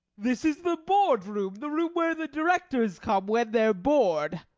this is the board room, the room where the directors come when they're bored.